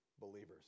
believers